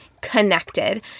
connected